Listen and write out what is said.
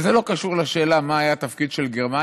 וזה לא קשור לשאלה מה היה התפקיד של גרמניה,